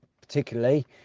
particularly